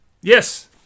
Yes